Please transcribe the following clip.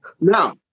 Now